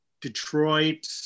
Detroit